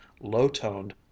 low-toned